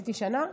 עשיתי שנה?